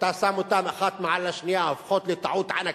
כשאתה שם אותן אחת מעל השנייה הופכות לטעות ענקית,